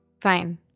Fine